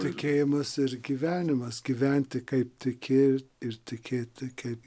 tikėjimas ir gyvenimas gyventi kaip tiki ir tikėti kaip